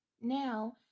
now